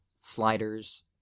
sliders